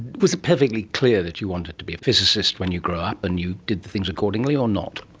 was it perfectly clear that you wanted to be a physicist when you grew up and you did things accordingly, or not?